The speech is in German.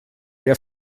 der